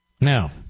Now